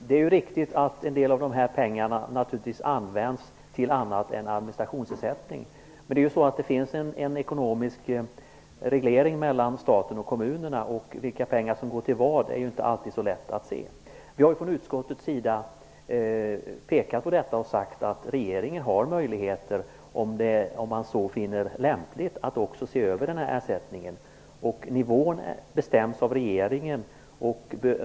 Herr talman! Det är riktigt att en del av dessa pengar används till annat än administration. Det finns en ekonomisk reglering mellan staten och kommunerna, och vilka pengar som går till vad är inte alltid så lätt att se. Vi har från utskottets sida pekat på detta och sagt att regeringen har möjligheter att, om man så finner lämpligt, se över ersättningen. Nivån bestäms av regeringen.